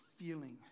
feeling